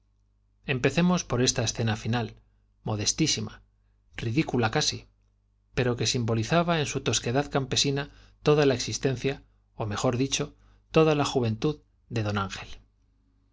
empecemos por esta escena final modestísima ridícula casi pero que simbolizaba en su tosquedad toda la existencia ó mejor dicho toda la campesina juventud de d ángel